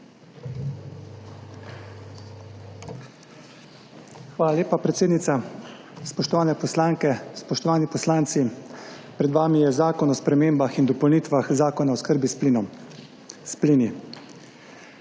Hvala lepa, predsednica. Spoštovane poslanke, spoštovani poslanci! Pred vami je Predlog zakona o spremembah in dopolnitvah Zakona o oskrbi s plini. Temeljni